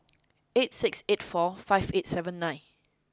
eight six eight four five eight seven nine